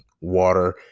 water